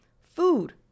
food